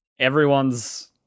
everyone's